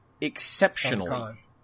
exceptionally